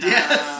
Yes